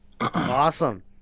Awesome